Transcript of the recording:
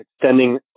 extending